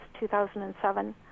2007